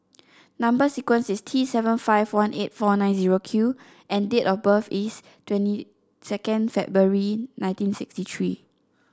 number sequence is T seven five one eight four nine zero Q and date of birth is twenty second February nineteen sixty three